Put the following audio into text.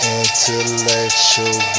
intellectual